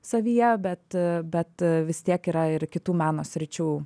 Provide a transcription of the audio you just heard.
savyje bet bet vis tiek yra ir kitų meno sričių